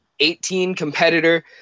18-competitor